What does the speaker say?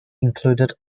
included